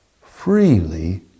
freely